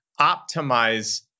optimize